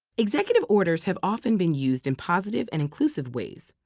executive orders have often been used in positive and inclusive ways,